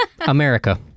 America